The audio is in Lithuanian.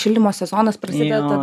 šildymo sezonas prasideda